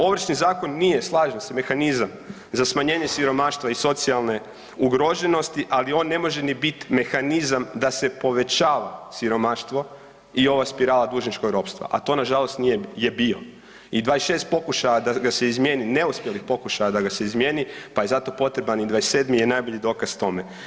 Ovršni zakon nije, slažem se, mehanizam za smanjenje siromaštva i socijalne ugroženosti, ali on ne može ni bit mehanizam da se povećava siromaštvo i ova spirala dužničkog ropstva, a to nažalost nije, je bio i 26 pokušaja da ga se izmijeni, neuspjelih pokušaja da ga se izmjeni, pa je zato potreban i 27. je najbolji dokaz tome.